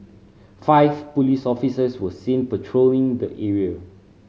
five police officers were seen patrolling the area